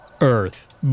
Earth